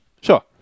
Sure